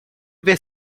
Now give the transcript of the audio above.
ver